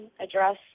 address